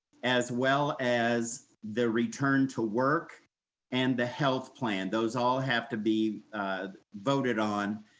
as well as the return to work and the health plan, those all have to be voted on,